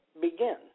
begin